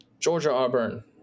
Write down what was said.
Georgia-Auburn